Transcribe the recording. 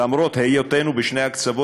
למרות היותנו בשני הקצוות,